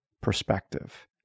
perspective